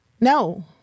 No